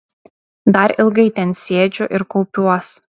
dar ilgai ten sėdžiu ir kaupiuos